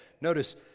notice